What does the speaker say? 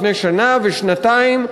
לפני שנה ושנתיים,